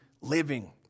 living